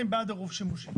אני בעד עירוב שימושים,